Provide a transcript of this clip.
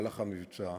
במהלך המבצע.